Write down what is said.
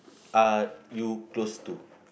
are you close to